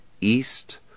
east